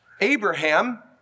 Abraham